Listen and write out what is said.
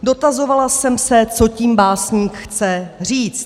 Dotazovala jsem se, co tím básník chce říct.